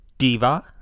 Diva